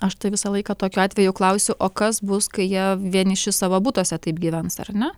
aš tai visą laiką tokiu atveju klausiu o kas bus kai jie vieniši savo butuose taip gyvens ar ne